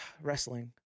wrestling